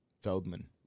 Feldman